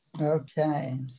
Okay